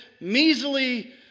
measly